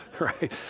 Right